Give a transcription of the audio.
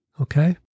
Okay